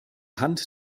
hand